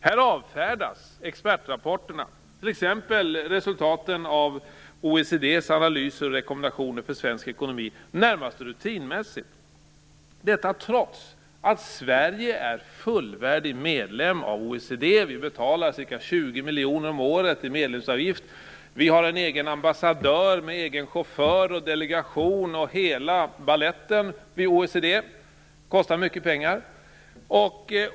Den avfärdar expertrapporterna, t.ex. resultaten av OECD:s analyser och rekommendationer för svensk ekonomi, närmast rutinmässigt. Detta trots att Sverige är fullvärdig medlem av OECD och betalar ca 20 miljoner kronor om året i medlemsavgift. Sverige har en egen ambassadör med egen chaufför och delegation och hela baletten vid OECD. Det kostar mycket pengar.